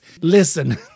listen